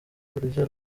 kurya